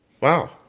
wow